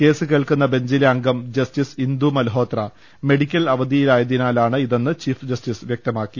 case കേൾക്കുന്ന ബെഞ്ചിലെ അംഗം justice Indu Malhotra medical അവധിയിലായതിനാലാണ് ഇതെന്ന് ചീഫ് ജസ്റ്റിസ് വ്യക്തമാക്കി